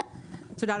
תודה,